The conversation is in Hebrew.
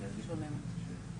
בוקר טוב.